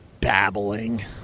babbling